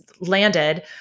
landed